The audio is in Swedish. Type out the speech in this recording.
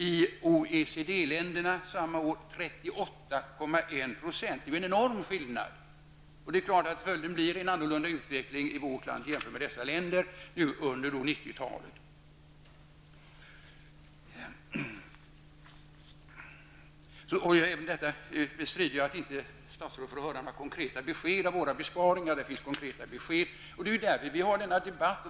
I OECD-länderna var skattetryckerna samma år 38,1 %. Det är en enorm skillnad. Det är självklart att följden blir en annorlunda utveckling under 90-talet i vårt land jämfört med dessa länder. Jag bestrider även att statsrådet inte fått höra några konkreta besked angående våra besparingar. Det finns konkreta besked, och det är därför vi för denna debatt.